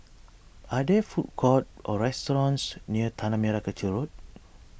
are there food courts or restaurants near Tanah Merah Kechil Road